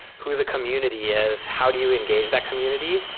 who the community is? how do you engage that community?